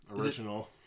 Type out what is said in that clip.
Original